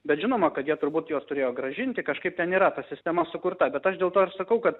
bet žinoma kad jie turbūt juos turėjo grąžinti kažkaip ten yra ta sistema sukurta bet aš dėl to ir sakau kad